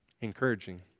encouraging